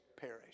perish